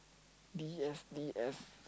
B F D S